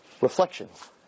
reflections